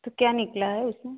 तो क्या निकला है उसमें